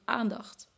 aandacht